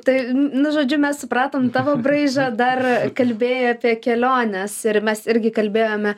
tai nu žodžiu mes supratom tavo braižą dar kalbėjai apie keliones ir mes irgi kalbėjome